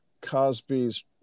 Cosby's